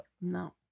No